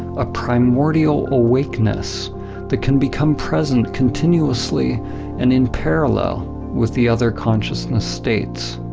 a primordial awakeness that can become present continuously and in parallel with the other consciousness states.